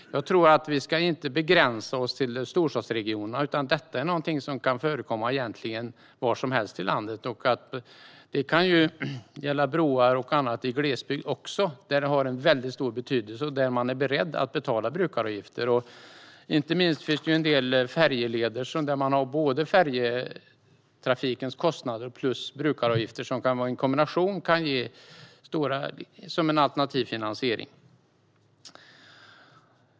Jag tror inte att det ska begränsas till storstadsregionerna, utan detta är någonting som kan förekomma var som helst i landet. Det kan också gälla broar och annat i glesbygd, där det har en väldigt stor betydelse och där man är beredd att betala brukaravgifter. Inte minst finns det en del färjeleder där färjetrafikens kostnader och brukaravgifter i kombination kan vara en alternativ finansiering.